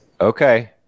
okay